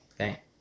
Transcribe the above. Okay